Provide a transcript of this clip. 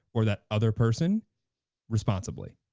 or that other person responsibly.